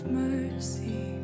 mercy